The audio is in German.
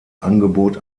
angebot